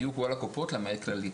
היו אצלנו כל הקופות, למעט כללית,